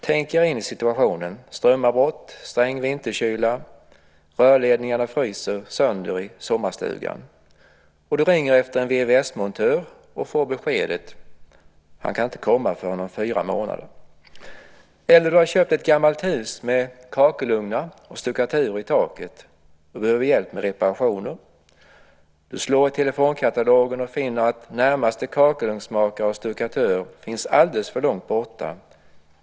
Tänk er in i följande situation: strömavbrott, sträng vinterkyla, rörledningarna fryser sönder i sommarstugan. Du ringer efter en VVS-montör och får beskedet att han inte kan komma förrän om fyra månader. Eller tänk dig att du köpt ett gammalt hus med kakelugnar och stuckaturer i taket och behöver hjälp med reparationer. Du slår i telefonkatalogen och finner att närmaste kakelugnsmakare och stuckatör finns alldeles för långt borta.